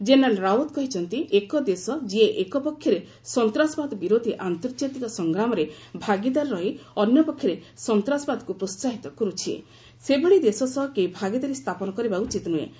general Rawat କହିଛନ୍ତି ଏକ ଦେଶ ଯିଏ ଏକ ପକ୍ଷରେ ସନ୍ତାସବାଦ ବିରୋଧି ଆନ୍ତର୍ଜାତିକ ସଂଗ୍ରାମରେ ଭାଗିଦାର ରହି ଅନ୍ୟ ପକ୍ଷରେ ସନ୍ତାସବାଦକୁ ପ୍ରୋହାହିତ କରୁଛି ସେଭଳି ଦେଶ ସହ କେହି ଭାଗିଦାରୀ ସ୍ଥାପନ କରିବା ଉଚିତ ନୁହେଁ